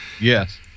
Yes